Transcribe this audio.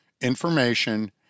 information